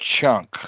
chunk